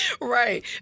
Right